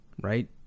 right